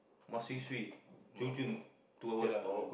must swee-swee chun-chun two hours stop